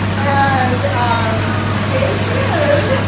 and um stay tuned.